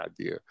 idea